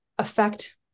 affect